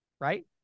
Right